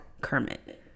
Kermit